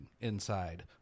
inside